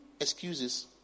excuses